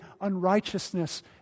unrighteousness